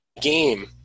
game